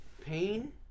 Pain